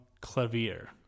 Clavier